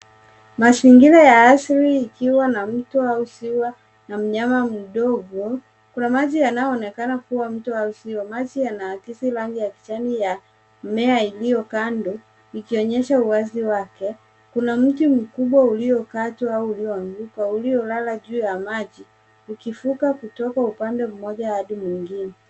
Mazingira ya asili ikiwa na mto au ziwa na mnyama mdogo. Kuna maji yanayoonekana kuwa mto au ziwa. Maji yanaakisi rangi ya kijani ya mimea iliyo kando ikionyesha uwazi wake. Kuna mti mkubwa uliokatwa au ulioanguka uliolala juu ya maji ikivuka kutoka upande mmoja hadi mwingine.